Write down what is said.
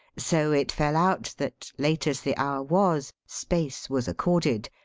so it fell out that, late as the hour was, space was accorded,